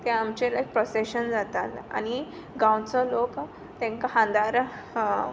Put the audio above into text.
तें आमचें लायक प्रोसेशन जाता आनी गांवचो लोक तेंका खांद्यार